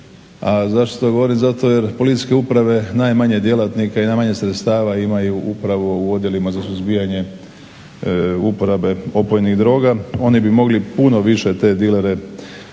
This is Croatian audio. A zašto to govorim? Zato jel policijske uprave najmanje djelatnika i najmanje sredstava imaju upravo u odjelima za suzbijanje uporabe opojnih droga oni bi mogli puno više te dilere poloviti,